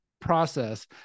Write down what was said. process